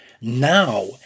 now